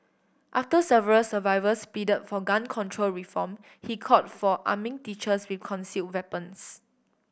after several survivors plead for gun control reform he called for arming teachers with conceal weapons